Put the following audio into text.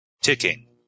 Ticking